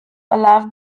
allowed